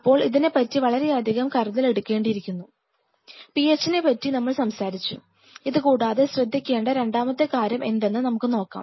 അപ്പോൾ ഇതിനെപ്പറ്റി പറ്റി വളരെയധികം കരുതൽ എടുക്കേണ്ടിയിരിക്കുന്നു PHനെപ്പറ്റി നമ്മൾ സംസാരിച്ചു ഇതുകൂടാതെ ശ്രദ്ധിക്കേണ്ട രണ്ടാമത്തെ കാര്യം എന്തെന്ന് നമുക്ക് നോക്കാം